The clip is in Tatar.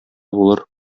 булыр